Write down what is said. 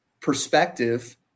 perspective